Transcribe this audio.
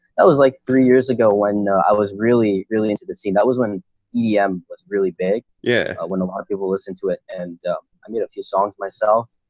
that was like three years ago when i was really really into the scene. that was when he um was really big. yeah. when a lot of people listen to it, and i made a few songs myself.